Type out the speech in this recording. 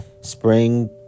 Spring